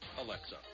Alexa